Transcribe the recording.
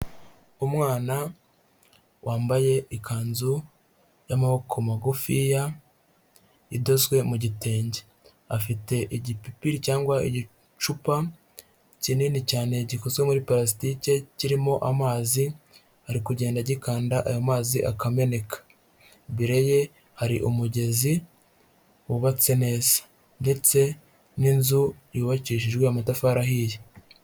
Umwana wambaye ikanzu y'amaboko magufiya idozwe mu gitenge, afite igipipiri cyangwa igicupa kinini cyane gikozwe muri parasitike kirimo amazi ari kugenda agikanda ayo mazi akameneka, imbere ye hari umugezi wubatse neza ndetse n'inzu yubakishijwe amatafari ahiye.